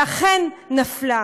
ואכן נפלה.